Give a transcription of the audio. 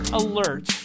alert